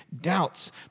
doubts